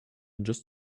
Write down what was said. just